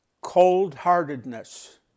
Cold-heartedness